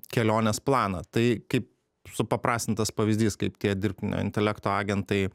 kelionės planą tai kaip supaprastintas pavyzdys kaip tie dirbtinio intelekto agentai